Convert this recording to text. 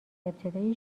ابتدای